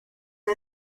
una